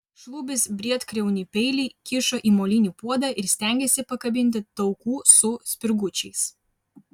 šlubis briedkriaunį peilį kišo į molinį puodą ir stengėsi pakabinti taukų su spirgučiais